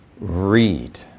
read